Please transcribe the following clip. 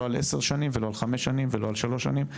לא על עשר שנים ולא על חמש שנים ולא על שלוש שנים,